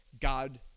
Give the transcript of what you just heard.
God